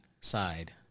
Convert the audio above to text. side